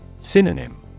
Synonym